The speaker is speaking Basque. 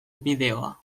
bideoa